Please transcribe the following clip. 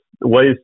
ways